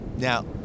Now